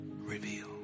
reveal